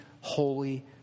holy